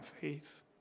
faith